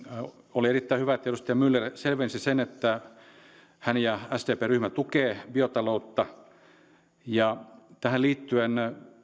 oli erittäin hyvä että edustaja myller selvensi sen että hän ja sdpn ryhmä tukevat biotaloutta tähän liittyen